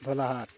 ᱫᱷᱚᱞᱟᱦᱟᱴ